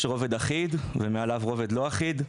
יש רובד אחיד ומעליו רובד לא אחיד,